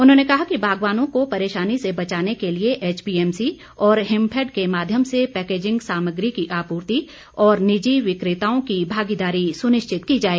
उन्होंने कहा कि बागवानों को परेशानी से बचाने के लिए एचपीएमसी और हिमफैड के माध्यम से पैकेजिंग सामग्री की आपूर्ति और निजी विक्रेताओं की भागीदारी सुनिश्चित की जाए